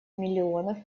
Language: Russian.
миллионов